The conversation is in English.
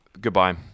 goodbye